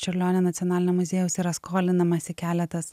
čiurlionio nacionalinio muziejaus yra skolinamasi keletas